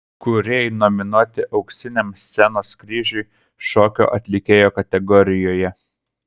kūrėjai nominuoti auksiniam scenos kryžiui šokio atlikėjo kategorijoje